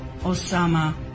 Osama